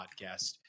podcast